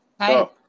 Hi